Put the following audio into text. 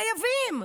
חייבים,